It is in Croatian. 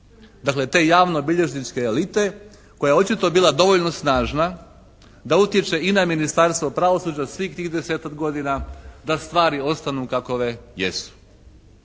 Dakle te javnobilježničke elite koja je očito bila dovoljno snažna da utječe i na Ministarstvo pravosuđa svih tih 10-tak godina da stvari ostanu kakove jesu.